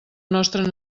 nostra